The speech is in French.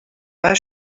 pas